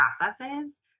processes